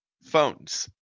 phones